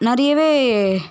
நிறையவே